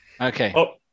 okay